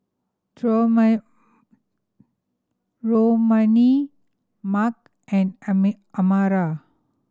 Mack and Amara